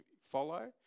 follow